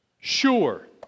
sure